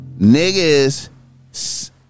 niggas